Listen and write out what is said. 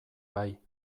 bai